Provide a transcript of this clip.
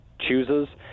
chooses